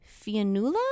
Fianula